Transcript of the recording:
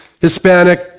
Hispanic